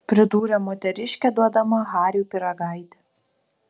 pridūrė moteriškė duodama hariui pyragaitį